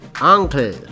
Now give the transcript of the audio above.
Uncle